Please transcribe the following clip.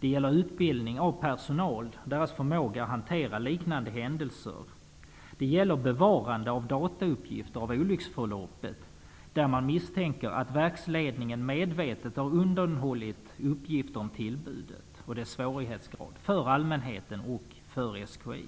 Det gäller utbildning av personal och deras förmåga att hantera liknande händelser. Det gäller bevarande av datauppgifter om olycksförloppet. Det misstänks att verksledningen medvetet har undanhållit uppgifter om tillbudet och dess svårighetsgrad för allmänheten och för SKI.